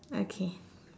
okay